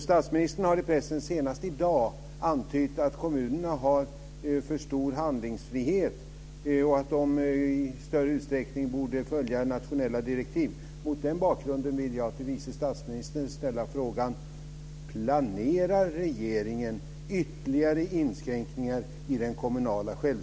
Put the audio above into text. Statsministern har i pressen, senast i dag, antytt att kommunerna har för stor handlingsfrihet och att de i större utsträckning borde följa nationella direktiv.